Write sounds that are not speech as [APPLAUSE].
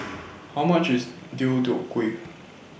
[NOISE] How much IS Deodeok Gui